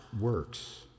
works